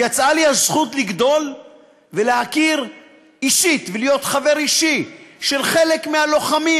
והייתה לי הזכות לגדול ולהכיר אישית ולהיות חבר אישי של חלק מהלוחמים,